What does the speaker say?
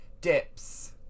Dips